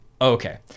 Okay